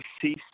cease